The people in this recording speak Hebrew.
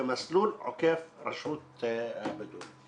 במסלול עוקף הרשות הבדואית.